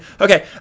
Okay